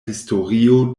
historio